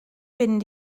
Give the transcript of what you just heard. fynd